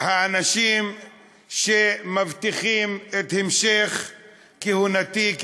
מדובר על אסטרונאוט אוטומטי.